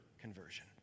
conversion